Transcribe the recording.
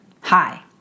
Hi